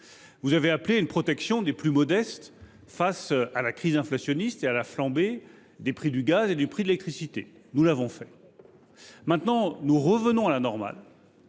Vous avez appelé à une protection des plus modestes face à la crise inflationniste et à la flambée des prix du gaz et de l’électricité : nous l’avons fait. Désormais, nous revenons à la normale